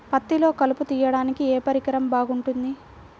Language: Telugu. పత్తిలో కలుపు తీయడానికి ఏ పరికరం బాగుంటుంది?